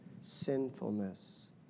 sinfulness